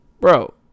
Bro